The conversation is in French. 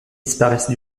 disparaissent